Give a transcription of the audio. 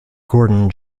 gordon